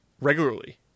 regularly